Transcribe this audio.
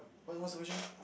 what what your question again